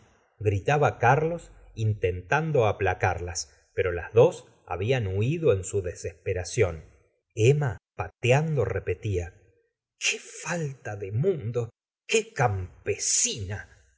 gritaba carlos intentando aplacarlas pero las dos habían huido en su desesperación emma pateando repetía qué falta de mundo qué campesina